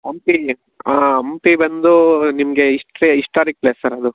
ಹಂಪಿ ಹಂಪಿ ಬಂದು ನಿಮಗೆ history historic place sir ಅದು